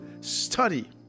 study